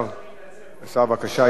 מלה טובה.